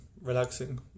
relaxing